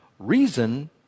reason